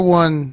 one